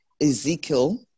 Ezekiel